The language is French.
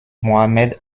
mohamed